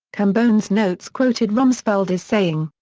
cambone's notes quoted rumsfeld as saying.